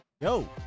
yo